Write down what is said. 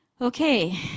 Okay